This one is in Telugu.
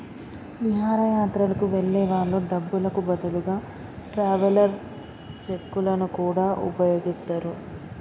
విహారయాత్రలకు వెళ్ళే వాళ్ళు డబ్బులకు బదులుగా ట్రావెలర్స్ చెక్కులను గూడా వుపయోగిత్తరు